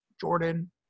Jordan